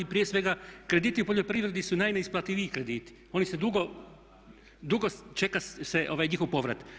Prije svega krediti u poljoprivredi su najneisplativiji krediti, oni se dugo, dugo se čeka njihov povrat.